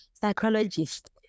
psychologist